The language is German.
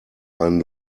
einen